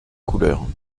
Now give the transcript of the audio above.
couleurs